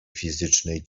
fizycznej